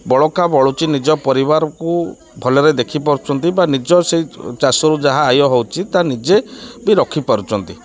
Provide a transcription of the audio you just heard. ବଳକା ବଳୁଛି ନିଜ ପରିବାରକୁ ଭଲରେ ଦେଖିପାରୁଛନ୍ତି ବା ନିଜ ସେ ଚାଷରୁ ଯାହା ଆୟ ହେଉଛି ତା ନିଜେ ବି ରଖିପାରୁଛନ୍ତି